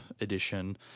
edition